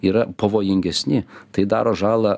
yra pavojingesni tai daro žalą